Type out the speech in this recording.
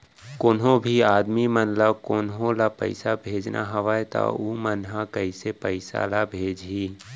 कोन्हों भी आदमी मन ला कोनो ला पइसा भेजना हवय त उ मन ह कइसे पइसा ला भेजही?